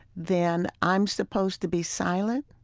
then i'm supposed to be silent?